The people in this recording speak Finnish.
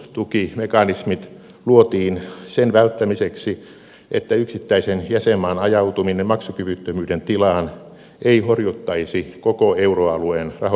rahoitustukimekanismit luotiin sen välttämiseksi että yksittäisen jäsenmaan ajautuminen maksukyvyttömyyden tilaan horjuttaisi koko euroalueen rahoitusvakautta